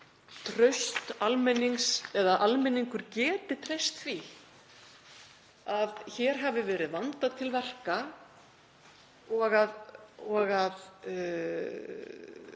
m.a. og þannig að almenningur geti treyst því að hér hafi verið vandað til verka og að